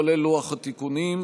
כולל לוח התיקונים.